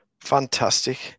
Fantastic